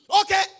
Okay